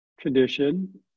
tradition